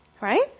Right